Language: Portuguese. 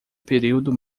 período